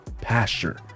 pasture